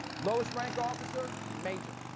lowest rank office, ah major.